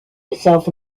itself